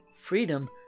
freedom